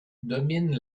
domine